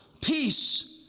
Peace